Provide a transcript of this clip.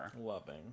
loving